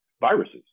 viruses